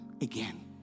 again